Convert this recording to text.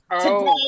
today